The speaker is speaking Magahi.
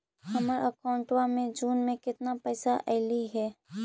हमर अकाउँटवा मे जून में केतना पैसा अईले हे?